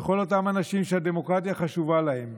לכל אותם אנשים שהדמוקרטיה חשובה להם,